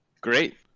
great